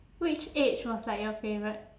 which age was like your favourite